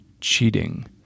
cheating